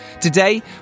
Today